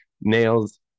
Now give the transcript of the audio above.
nails